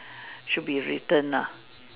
should be written ah